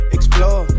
Explore